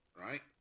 right